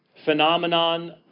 Phenomenon